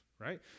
right